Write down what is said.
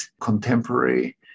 contemporary